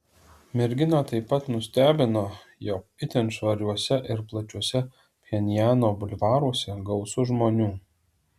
merginą taip pat nustebino jog itin švariuose ir plačiuose pchenjano bulvaruose gausu žmonių